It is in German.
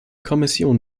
kommission